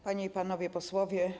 Panie i Panowie Posłowie!